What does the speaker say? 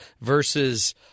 versus